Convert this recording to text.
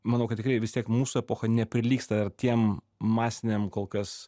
manau kad tikrai vis tiek mūsų epocha neprilygsta tiem masiniam kol kas